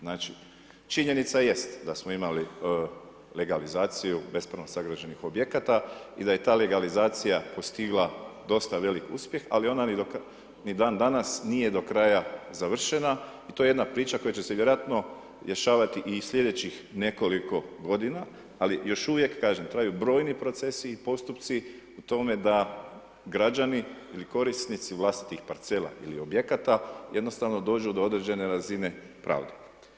Znači, činjenica jest, da smo imali legalizaciju bespravno sagrađenih objekata i da je ta legalizacija postigla dosta velik uspjeh, ali ona ni dan danas nije do kraja završena i to je jedna priča koja će se vjerojatno rješavati i sljedećih nekoliko godina, ali još uvijek, kažem, traju brojni procesi i postupci u tome da građani ili korisnici vlastitih parcela ili objekata jednostavno dođu do određene razine pravde.